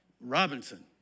Robinson